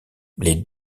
les